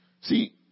See